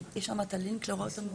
ללינק.